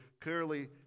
clearly